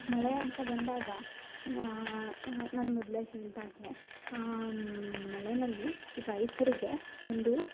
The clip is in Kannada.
ಮಳೆ ಅಂತ ಬಂದಾಗ ನಾನು ಮೊದಲೇ ಹೇಳಿದಾಗೆ ಮಳೆಯಲ್ಲಿ ರೈತರಿಗೆ ಒಂದು